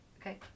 okay